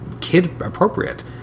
kid-appropriate